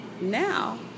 now